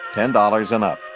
ten dollars and up.